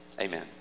Amen